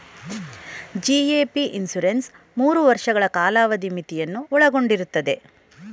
GAP insurance ಮೂರು ವರ್ಷಗಳ ಕಾಲಾವಧಿ ಮಿತಿಯನ್ನು ಒಳಗೊಂಡಿರುತ್ತದೆ